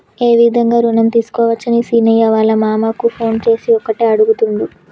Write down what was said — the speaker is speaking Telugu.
ఏ విధంగా రుణం తీసుకోవచ్చని సీనయ్య వాళ్ళ మామ కు ఫోన్ చేసి ఒకటే అడుగుతుండు